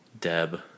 Deb